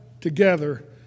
together